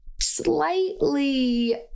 slightly